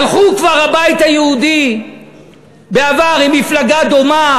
הלכו כבר הביתה יהודים בעבר עם מפלגה דומה,